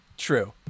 true